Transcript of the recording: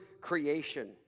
creation